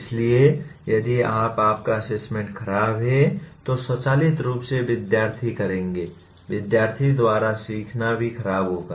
इसलिए यदि आप आपका असेसमेंट खराब है तो स्वचालित रूप से विद्यार्थी करेंगे विद्यार्थी द्वारा सीखना भी खराब होगा